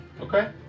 Okay